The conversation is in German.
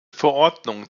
verordnung